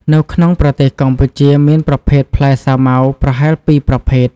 នៅក្នុងប្រទេសកម្ពុជាមានប្រភេទផ្លែសាវម៉ាវប្រហែល ២ ប្រភេទ